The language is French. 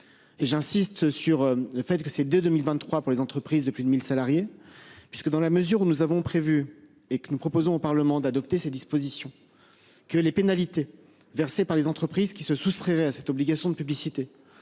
Et j'insiste sur le fait que ces de 2023 pour les entreprises de plus de 1000 salariés puisque dans la mesure où nous avons prévu et que nous proposons au Parlement d'adopter ces dispositions que les pénalités versées par les entreprises qui se soustraire à cette obligation de publicité